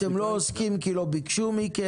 אתם לא עוסקים כי לא ביקשו מכם?